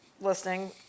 listening